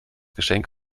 geschenk